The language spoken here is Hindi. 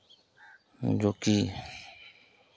जोकि